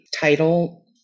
title